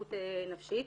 לנכות נפשית.